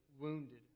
wounded